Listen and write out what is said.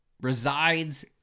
resides